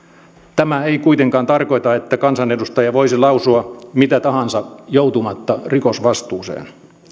tämä ei kuitenkaan tarkoita että kansanedustaja voisi lausua mitä tahansa joutumatta rikosvastuuseen